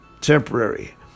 temporary